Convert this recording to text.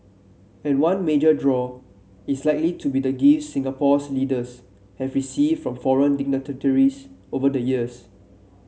and one major draw is likely to be the gifts Singapore's leaders have received from foreign dignitaries over the years